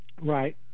Right